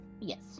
Yes